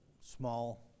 small